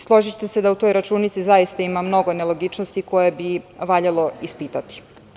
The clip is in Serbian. Složićete se da u toj računici zaista ima mnogo nelogičnosti koje bi valjalo ispitati.